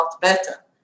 better